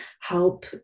help